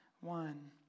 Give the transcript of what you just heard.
one